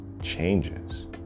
changes